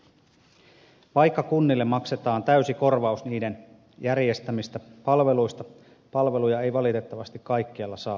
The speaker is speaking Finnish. vaikka kunnille maksetaan täysi korvaus niiden järjestämistä palveluista palveluja ei valitettavasti kaikkialla saa tarpeeksi